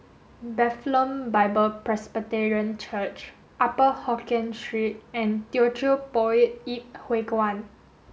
Bethlehem Bible Presbyterian Church Upper Hokkien Street and Teochew Poit Ip Huay Kuan